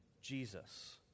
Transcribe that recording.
Jesus